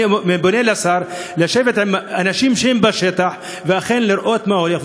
אני פונה לשר לשבת עם אנשים שהם בשטח ולראות מה הולך.